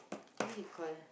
what's it call